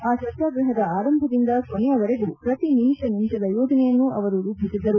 ಆ ಸತ್ಕಾಗ್ರಹದ ಆರಂಭದಿಂದ ಕೊನೆಯವರೆಗೂ ಪ್ರತಿ ನಿಮಿಷ ನಿಮಿಷದ ಯೋಜನೆಯನ್ನು ಅವರು ರೂಪಿಸಿದ್ದರು